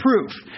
proof